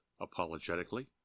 apologetically